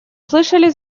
слышали